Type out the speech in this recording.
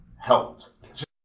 helped